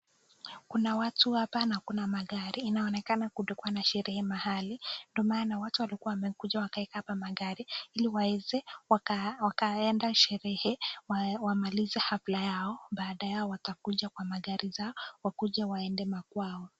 Kuna watu hapa na kuna magari, inaonekana kulikuwa na sherehe mahali ndo maana watu walikuwa wamekuja wakaweka hapa magari ili waeze wakaenda sherehe, wamalize hafla yao, baada yao watakuja kwa magari zao wakuje waende makwao.